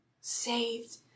saved